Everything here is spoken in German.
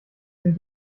sind